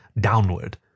downward